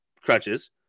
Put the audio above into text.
crutches